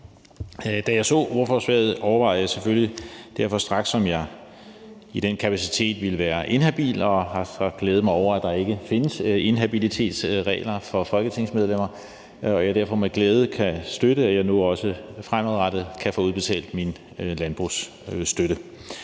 Da jeg så lovforslaget, overvejede jeg selvfølgelig derfor straks, om jeg i den kapacitet ville være inhabil, og jeg har så glædet mig over, at der ikke findes inhabilitetsregler for folketingsmedlemmer. Jeg kan derfor med glæde støtte, at jeg nu også fremadrettet kan få udbetalt min landbrugsstøtte.